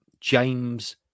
James